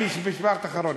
משפט אחרון.